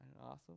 Awesome